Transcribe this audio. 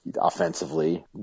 offensively